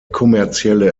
kommerzielle